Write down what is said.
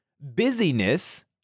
busyness